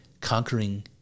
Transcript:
conquering